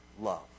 love